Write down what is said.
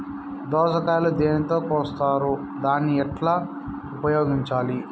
దోస కాయలు దేనితో కోస్తారు దాన్ని ఎట్లా ఉపయోగించాలి?